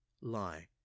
Lie